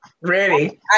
Ready